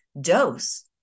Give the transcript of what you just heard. dose